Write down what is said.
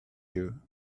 you